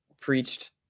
preached